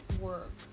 work